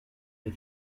les